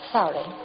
sorry